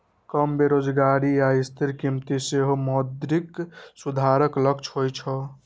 कम बेरोजगारी आ स्थिर कीमत सेहो मौद्रिक सुधारक लक्ष्य होइ छै